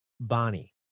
Bonnie